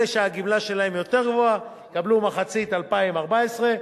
אלה שהגמלה שלהם יותר גבוהה יקבלו מחצית 2014,